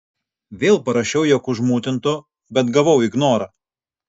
vėl parašiau jog užmutintu bet gavau ignorą